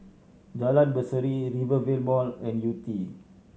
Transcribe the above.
Jalan Berseri Rivervale Mall and Yew Tee